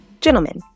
Gentlemen